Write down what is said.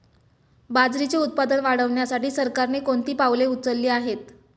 बाजरीचे उत्पादन वाढविण्यासाठी सरकारने कोणती पावले उचलली आहेत?